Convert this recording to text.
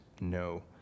no